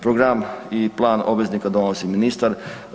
Program i plan obveznika donosi ministar.